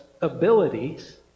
abilities